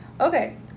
Okay